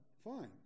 fine